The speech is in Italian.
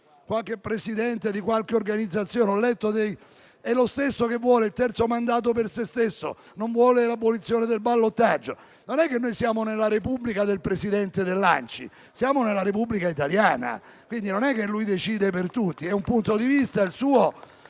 qualche Presidente di qualche organizzazione. È lo stesso che vuole il terzo mandato per se stesso, non vuole l'abolizione del ballottaggio. Non siamo nella Repubblica del presidente dell'ANCI: siamo nella Repubblica italiana. Quindi, non decide lui per tutti; è un punto di vista il suo,